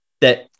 that-